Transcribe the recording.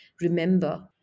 Remember